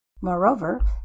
Moreover